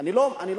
אני לא מאשים,